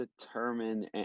determine –